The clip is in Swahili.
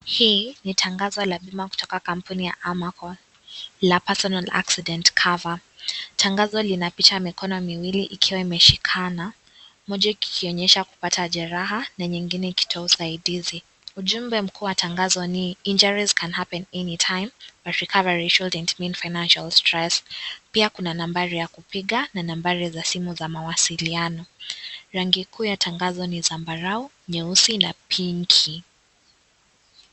Hii ni tangazo la bima kutoka kampuni ya Amaco la personal accident cover . Tangazo lina picha ya mikono miwili ikiwa imeshikana moja ikionyesha kupata jeraha na nyingine ikitoa usaidizi , ujumbe mkuu wa tangazo ni injuries can happen any time , but recovery shouldn't mean financial stress . Pia kuna nambari ya kupiga na nambari za simu za mawasiliano. Rangi kuu ya tangazo ni zambarau , nyeusi na pinki.